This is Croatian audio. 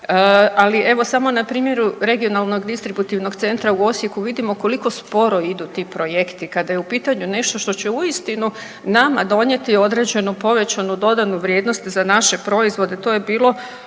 ali evo samo na primjeru regionalnog distributivnog centra u Osijeku vidimo koliko sporo idu ti projekti kada je u pitanju nešto što će uistinu nama donijeti određenu povećanu dodanu vrijednost za naše proizvode